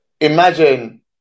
Imagine